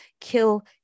kill